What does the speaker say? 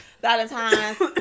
Valentine's